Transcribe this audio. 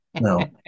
No